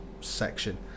section